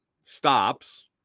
stops